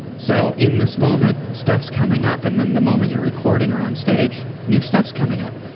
so in this moment, stuff's coming up, and then the moment you're recording or on stage new stuff's coming up.